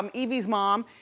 um evie's mom.